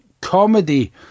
comedy